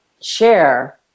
share